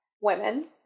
women